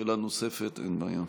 שאלה נוספת, אין בעיה.